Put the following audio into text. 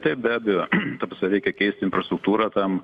taip be abejo ta prasme reikia keist infrastruktūrą tam